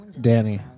Danny